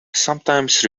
sometimes